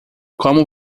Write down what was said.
como